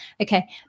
Okay